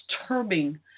disturbing